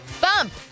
Bump